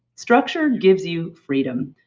structure gives you freedom.